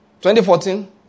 2014